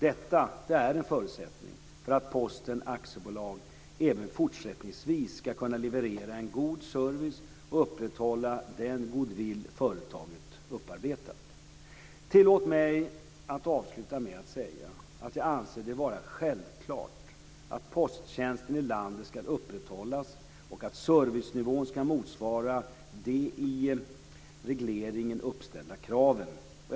Detta är en förutsättning för att Posten AB även fortsättningsvis ska kunna leverera en god service och upprätthålla den goodwill företaget upparbetat. Tillåt mig att avsluta med att säga att jag anser det vara självklart att posttjänsten i landet ska upprätthållas och att servicenivån ska motsvara de i regleringen uppställda kraven.